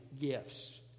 gifts